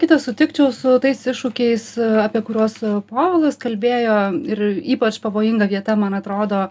kita sutikčiau su tais iššūkiais apie kuriuos povilas kalbėjo ir ypač pavojinga vieta man atrodo